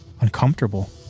uncomfortable